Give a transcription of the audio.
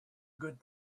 good